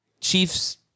Chiefs